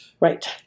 Right